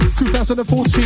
2014